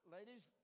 Ladies